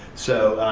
so,